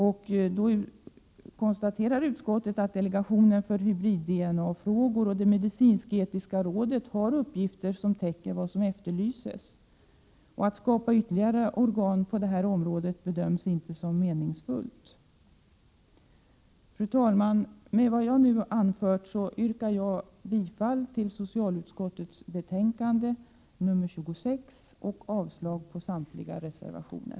Utskottet konstaterar att delegationen för hybrid-DNA-frågor och det medicinsketiska rådet har uppgifter som täcker vad som efterlyses. Att skapa ytterligare organ på detta område bedöms inte som meningsfullt. Fru talman! Med vad jag nu har anfört yrkar jag bifall till socialutskottets hemställan i betänkande 26 och avslag på samtliga reservationer.